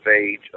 age